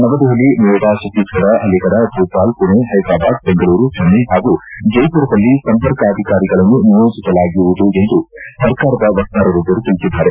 ನವದೆಹಲಿ ನೊಯಿಡಾ ಛತ್ತೀಸ್ಗಡ ಅಲಿಫಡ ಭೋಪಾಲ್ ಪುಣೆ ಹೈದರಾಬಾದ್ ಬೆಂಗಳೂರು ಚೆನ್ನೈ ಹಾಗೂ ಜೈಸುರದಲ್ಲಿ ಸಂಪರ್ಕಾಧಿಕಾರಿಗಳನ್ನು ನಿಯೋಜಿಸಲಾಗುವುದು ಎಂದು ಸರ್ಕಾರದ ವಕ್ತಾರರೊಬ್ಲರು ತಿಳಿಸಿದ್ದಾರೆ